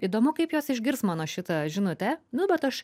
įdomu kaip jos išgirs mano šitą žinutę nu bet aš